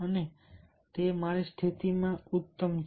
અને મારી સ્થિતિ ઉત્તમ છે